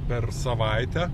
per savaitę